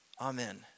Amen